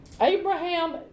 Abraham